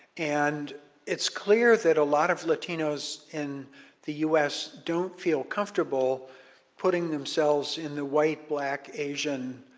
and it's clear that a lot of latinos in the us don't feel comfortable putting themselves in the white, black, asian